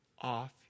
off